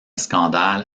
scandale